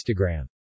Instagram